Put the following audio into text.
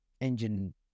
engine